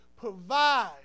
provide